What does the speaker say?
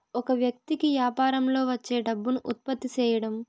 ఒక వ్యక్తి కి యాపారంలో వచ్చే డబ్బును ఉత్పత్తి సేయడం